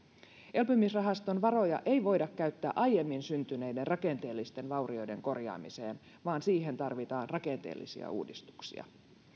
elpymisrahaston varoja ei voida käyttää aiemmin syntyneiden rakenteellisten vaurioiden korjaamiseen vaan siihen tarvitaan rakenteellisia uudistuksia